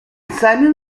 simon